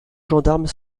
gendarmes